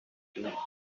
king